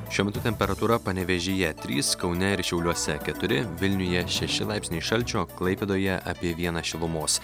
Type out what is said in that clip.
šiuo metu temperatūra panevėžyje trys kaune ir šiauliuose keturi vilniuje šeši laipsniai šalčio klaipėdoje apie vieną šilumos